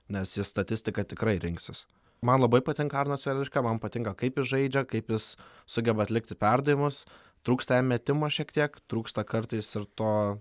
nes jis statistiką tikrai rinksis man labai patinka arnas velička man patinka kaip jis žaidžia kaip jis sugeba atlikti perdavimus trūksta jam metimo šiek tiek trūksta kartais ir to